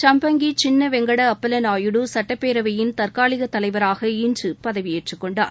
ஷம்பங்கி சின்ன வெங்கட அப்பள நாயுடு சட்டப்பேரவையின் தற்காலிக தலைவராக இன்று பதவியேற்றுக் கொண்டார்